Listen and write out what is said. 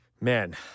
man